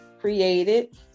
created